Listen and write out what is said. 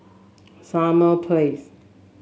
Summer Place